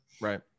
right